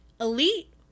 Elite